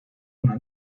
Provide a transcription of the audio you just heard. una